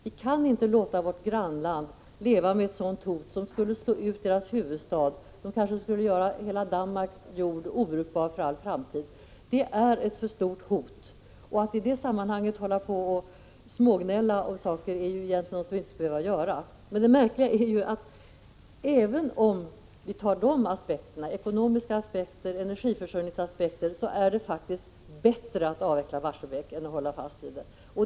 Vi kan inte låta vårt grannland leva under hotet att dess huvudstad slås ut och att hela Danmarks jord blir obrukbar för all framtid. Jag tycker inte att vi i det sammanhanget skall smågnälla om saker. Det märkliga är att det även ur ekonomiska aspekter och energiförsörjningsaspekter faktiskt är bättre att avveckla Barsebäck än att hålla fast vid det.